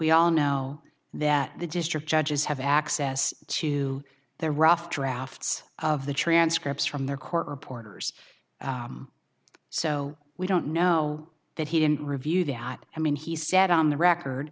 we all now that the district judges have access to their rough drafts of the transcripts from their court reporters so we don't know that he didn't review that i mean he said on the record